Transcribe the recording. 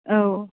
औ